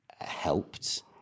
helped